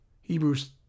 Hebrews